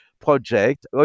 project